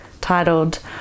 titled